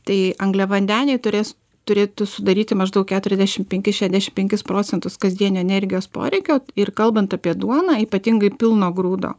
tai angliavandeniai turės turėtų sudaryti maždaug keturiasdešim penkis šedešim penkis procentus kasdienio energijos poreikio ir kalbant apie duoną ypatingai pilno grūdo